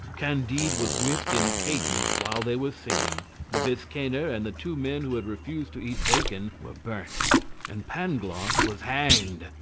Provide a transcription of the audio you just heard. candide was whipped in cadence while they were singing the biscayner, and the two men who had refused to eat bacon, were burnt and pangloss was hanged,